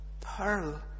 pearl